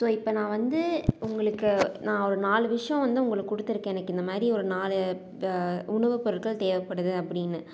so இப்போ நான் வந்து உங்களுக்கு நான் ஒரு நாலு விஷயம் வந்து உங்களுக்கு கொடுத்துருக்கேன் இன்றைக்கி இந்தமாதிரி ஒரு நாலு உணவுப் பொருட்கள் தேவைப்படுது அப்படீனு